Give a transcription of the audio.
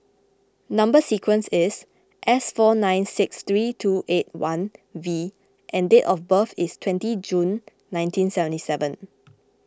Number Sequence is S four nine six three two eight one V and date of birth is twenty June nineteen seventy seven